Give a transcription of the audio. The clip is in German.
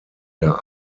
der